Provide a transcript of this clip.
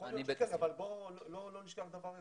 יכול להיות שכן, אבל בוא לא נשכח דבר אחד,